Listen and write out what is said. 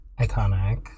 Iconic